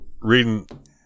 reading